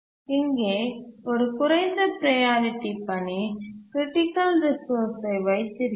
இங்கே ஒரு குறைந்த ப்ரையாரிட்டி பணி க்ரிட்டிக்கல் ரிசோர்ஸ் ஐ வைத்திருக்கிறது